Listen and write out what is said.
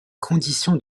conditions